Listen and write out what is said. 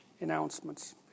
announcements